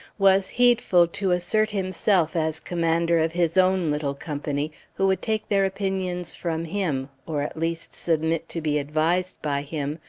was heedful to assert himself as commander of his own little company who would take their opinions from him, or at least submit to be advised by him,